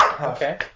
Okay